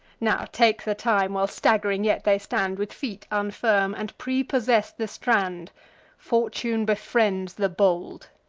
now take the time, while stagg'ring yet they stand with feet unfirm, and prepossess the strand fortune befriends the bold.